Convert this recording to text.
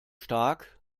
stark